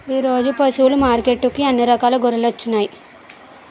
ఈరోజు పశువులు మార్కెట్టుకి అన్ని రకాల గొర్రెలొచ్చినాయ్